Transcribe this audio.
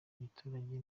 giturage